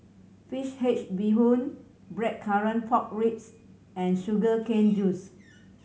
fish bee hoon Blackcurrant Pork Ribs and sugar cane juice